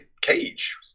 Cage